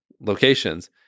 locations